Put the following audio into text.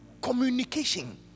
Communication